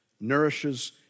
nourishes